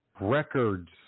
records